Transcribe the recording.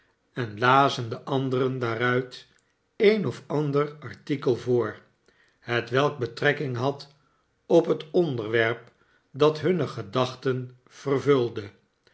en lazen de anderen daaruit een of ander artikel voor hetwelk betrekking had op het onderwerp dat hunne gedachten vervulde